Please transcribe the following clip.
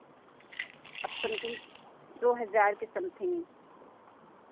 something अब दो हज़ार के समथिंग